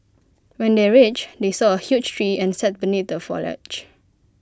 when they reached they saw A huge tree and sat beneath the foliage